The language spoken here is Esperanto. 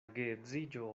geedziĝo